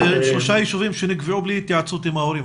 זה שלושה יישובים שנקבעו בלי התייעצות עם ההורים,